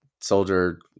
soldier